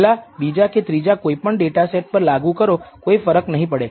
પહેલા બીજા કે ત્રીજા કોઈપણ માહિતી સમૂહ પર લાગુ કરો કોઈ ફરક નહીં પડે